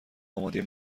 آماده